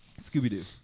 Scooby-Doo